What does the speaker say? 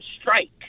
strike